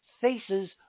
faces